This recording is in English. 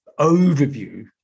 overview